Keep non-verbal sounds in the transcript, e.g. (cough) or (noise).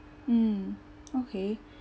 mm okay (breath)